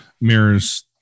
mirrors